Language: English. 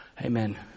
Amen